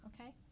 okay